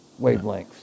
Wavelengths